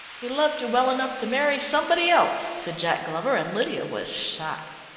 he loved you well enough to marry somebody else, said jack glover, and lydia was shocked.